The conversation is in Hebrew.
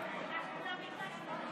(קוראת בשמות חברי הכנסת)